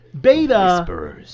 beta